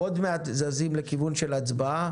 עוד מעט אנחנו זזים לכיוון של הצבעה.